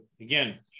again